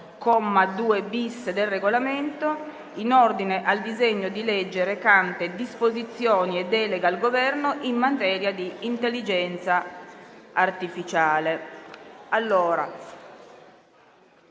2-*bis*, del Regolamento, in ordine al disegno di legge recante: «Disposizioni e delega al Governo in materia di intelligenza artificiale».